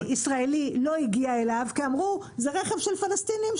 ישראלי לא הגיע אליו כי אמרו: זה רכב של פלסטינים,